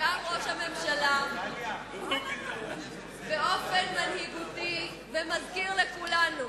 קם ראש הממשלה באופן מנהיגותי ומזכיר לכולנו: